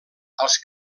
als